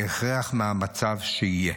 כהכרח מהמצב שיהיה.